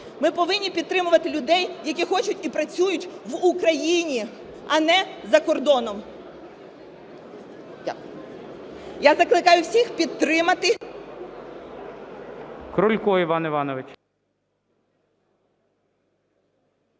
Ми повинні підтримувати людей, які хочуть і працюють в Україні, а не за кордоном. Я закликаю всіх підтримати.